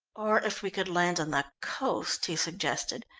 or if we could land on the coast, he suggested.